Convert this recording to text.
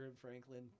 franklin